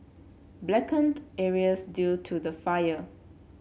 blackened areas due to the fire